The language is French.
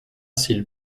s’il